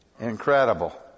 Incredible